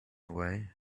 away